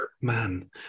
Man